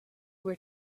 were